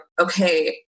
okay